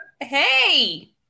hey